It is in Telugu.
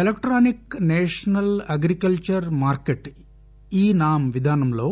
electronic national agriculture market e NAM విధానంలో